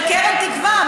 של קרן תקווה.